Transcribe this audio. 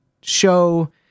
show